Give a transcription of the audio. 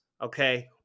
Okay